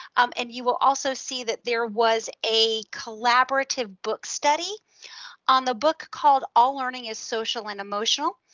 and you will also see that there was a collaborative book study on the book called, all learning is social and emotional,